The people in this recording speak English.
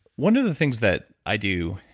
one of the things that i do,